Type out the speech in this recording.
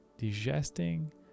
digesting